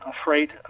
afraid